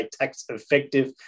tax-effective